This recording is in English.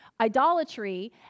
idolatry